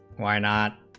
why not